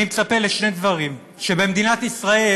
אני מצפה לשני דברים: שבמדינת ישראל